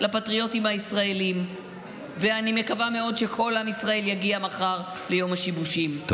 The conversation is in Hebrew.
את